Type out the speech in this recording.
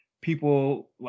people